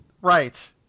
Right